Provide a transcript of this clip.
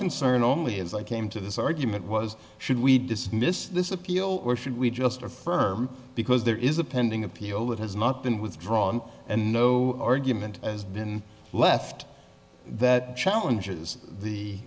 concern only as i came to this argument was should we dismiss this appeal or should we just affirm because there is a pending appeal that has not been withdrawn and no argument as been left that challenges the